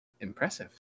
Impressive